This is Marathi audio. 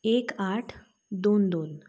एक आठ दोन दोन